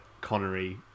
Connery